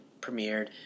premiered